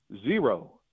zero